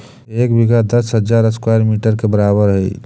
एक बीघा दस हजार स्क्वायर मीटर के बराबर हई